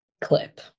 clip